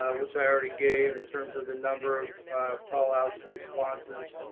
which i already gave in terms of the number of call outs and responses,